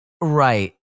right